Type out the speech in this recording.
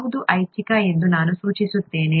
ಯಾವುದು ಐಚ್ಛಿಕ ಎಂದು ನಾನು ಸೂಚಿಸುತ್ತೇನೆ